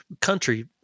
country